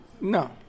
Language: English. No